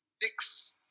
six